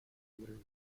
with